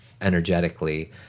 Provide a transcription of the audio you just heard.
energetically